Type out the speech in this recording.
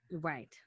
Right